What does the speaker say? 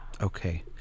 Okay